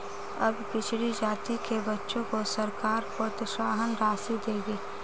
अब पिछड़ी जाति के बच्चों को सरकार प्रोत्साहन राशि देगी